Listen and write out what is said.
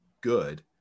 good